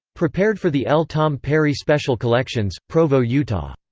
prepared for the l. tom perry special collections, provo, yeah but